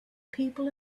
people